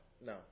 No